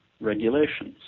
regulations